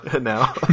now